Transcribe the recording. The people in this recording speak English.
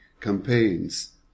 campaigns